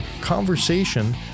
conversation